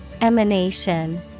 Emanation